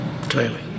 clearly